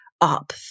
up